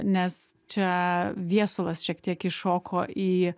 nes čia viesulas šiek tiek įšoko į